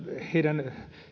heidän